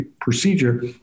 procedure